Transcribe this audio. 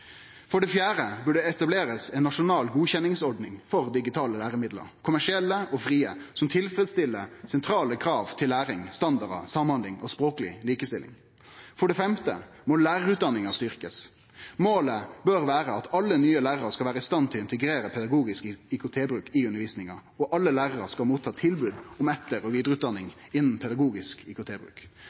For det fjerde bør det etablerast ein nasjonal godkjenningsordning for digitale læremiddel, kommersielle og frie, som tilfredsstiller sentrale krav til læring, standardar, samhandling og språkleg likestilling. For det femte må lærarutdanninga styrkjast. Målet bør vere at alle nye lærarar skal vere i stand til å integrere pedagogisk IKT-bruk i undervisninga, og alle lærarar skal få tilbod om etter- og vidareutdanning i pedagogisk